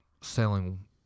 selling